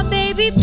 baby